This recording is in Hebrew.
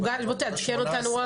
בוא תעדכן אותנו.